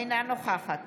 אינה נוכחת